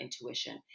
intuition